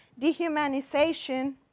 dehumanization